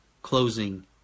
Closing